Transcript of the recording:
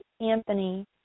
Anthony